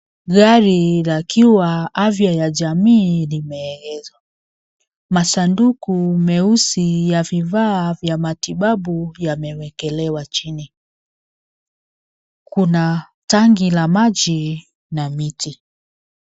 Gari yakiwa afya ya jamii limeegezwa. Masanduku meusi ya vifaa vya matibabu yamewekelewa chini. Kuna tangi la maji na miti.